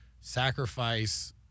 sacrifice